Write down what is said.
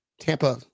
Tampa